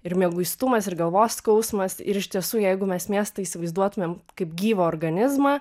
ir mieguistumas ir galvos skausmas ir iš tiesų jeigu mes miestą įsivaizduotumėm kaip gyvą organizmą